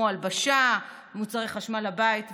כמו הלבשה, מוצרי חשמל לבית ועוד.